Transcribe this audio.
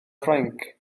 ffrainc